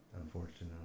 Unfortunately